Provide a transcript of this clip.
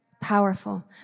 Powerful